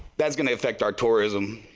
that's going affect our tourism.